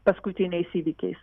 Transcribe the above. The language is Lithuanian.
paskutiniais įvykiais